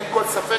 אין כל ספק,